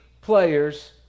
players